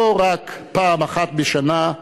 לא רק פעם אחת בשנה,